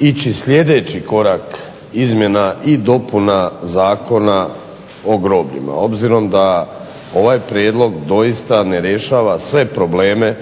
ići sljedeći korak izmjena i dopuna Zakona o grobljima, obzirom da ovaj prijedlog doista ne rješava sve probleme